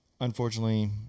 unfortunately